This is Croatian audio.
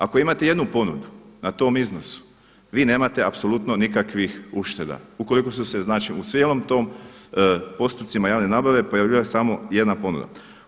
Ako imate jednu ponudu na tom iznosu vi nemate apsolutno nikakvih ušteda, ukoliko su se u cijelom tom postupcima javne nabave pojavljivala samo jedna ponuda.